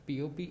POP